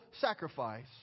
sacrifice